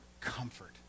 comfort